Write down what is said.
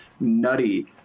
nutty